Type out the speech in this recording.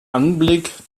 anblick